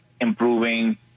improving